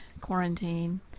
quarantine